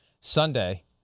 Sunday